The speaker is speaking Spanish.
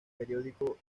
periódico